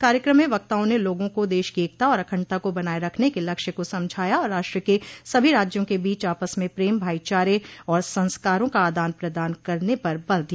कार्यक्रम में वक्ताओं ने लोगों को देश की एकता और अखंडता को बनाए रखने के लक्ष्य को समझाया और राष्ट्र के सभी राज्यों के बीच आपस में प्रेम भाईचारे और संस्कारों का आदान प्रदान करने पर बल दिया